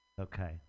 okay